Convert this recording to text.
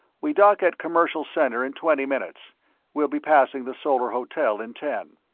we dock at commercial center in twenty minutes we'll be passing the solar hotel in ten.